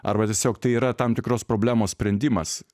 arba tiesiog tai yra tam tikros problemos sprendimas